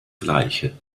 gleiche